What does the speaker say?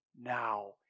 now